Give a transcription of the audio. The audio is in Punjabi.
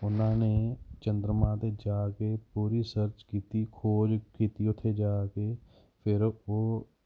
ਉਹਨਾਂ ਨੇ ਚੰਦਰਮਾ 'ਤੇ ਜਾ ਕੇ ਪੂਰੀ ਸਰਚ ਕੀਤੀ ਖੋਜ ਕੀਤੀ ਉੱਥੇ ਜਾ ਕੇ ਫਿਰ ਉਹ